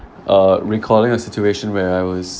uh recalling a situation where I was